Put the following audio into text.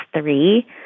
three